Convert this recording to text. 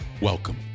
Welcome